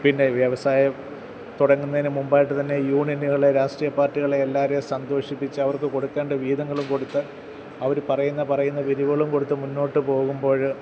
പിന്നെ വ്യവസായം തുടങ്ങുന്നതിന് മുമ്പായിട്ടുതന്നെ യൂണിയനുകളെ രാഷ്ട്രീയ പാർട്ടികളെ എല്ലാവരേയും സന്തോഷിപ്പിച്ച് അവർക്ക് കൊടുക്കേണ്ട വീതങ്ങളും കൊടുത്ത് അവർ പറയുന്ന പറയുന്ന പിരിവുകളും കൊടുത്ത് മുന്നോട്ട് പോകുമ്പോൾ